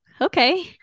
okay